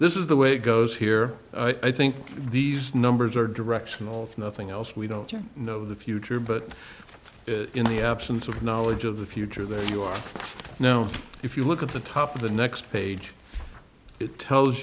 this is the way it goes here i think these numbers are directional if nothing else we don't yet know the future but in the absence of knowledge of the future there you are now if you look at the top of the next page it tells